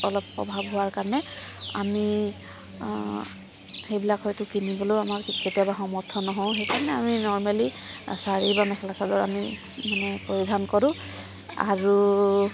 অলপ প্ৰভাৱ হোৱাৰ কাৰণে আমি সেইবিলাক হয়তো কেতিয়াবা কিনিবলৈয়ো আমি সমৰ্থ নহওঁ সেইকাৰণে আমি নৰ্মেলি শাড়ী বা মেখেলা চাদৰ আমি পৰিধান কৰোঁ আৰু